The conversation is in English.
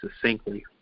succinctly